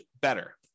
better